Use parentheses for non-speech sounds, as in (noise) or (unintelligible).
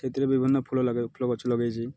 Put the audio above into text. ସେଥିରେ ବିଭିନ୍ନ ଫୁଲ (unintelligible) ଫୁଲ ଗଛ ଲଗେଇଛି